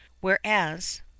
whereas